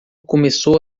começou